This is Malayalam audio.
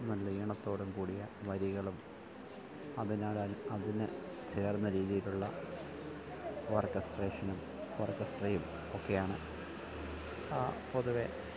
നല്ല ഈണത്തോടും കൂടിയ വരികളും അതിനാൽ അ അതിനു ചേർന്ന രീതിയിലുള്ള ഓർക്കസ്ട്രേഷനും ഓർക്കസ്ട്രയും ഒക്കെയാണ് പൊതുവെ